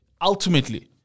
ultimately